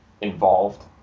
involved